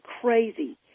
crazy